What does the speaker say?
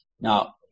Now